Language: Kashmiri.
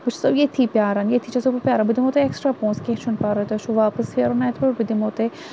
بہٕ چھسو ییٚتھی پیاران ییٚتھی چھسو بہٕ پیاران بہٕ دِمو تۄہہِ ایٚکسٹرا پونٛسہٕ کینٛہہ چھُنہٕ پَرواے تۄہہِ چھو واپَس پھیرُن اَتہِ پیٹھ بہٕ دِمو تۄہہِ